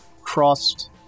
crossed